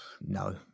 no